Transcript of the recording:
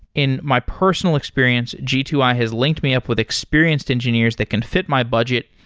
in my personal experience, g two i has linked me up with experienced engineers that can fit my budget,